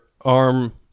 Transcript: arm